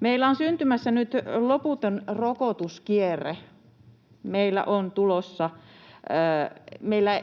Meillä on syntymässä nyt loputon rokotuskierre.